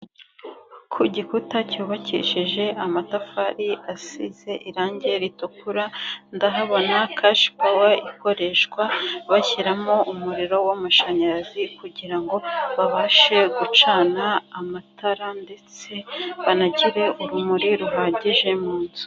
Ku gikuta cyubakishijeje amatafari asize irangi ritukura, ndahabona cashipawa, ikoreshwa bashyiramo umuriro w'amashanyarazi kugira ngo babashe gucana amatara ndetse banagire urumuri ruhagije mu nzu.